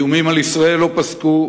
האיומים על ישראל לא פסקו.